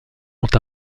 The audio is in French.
ont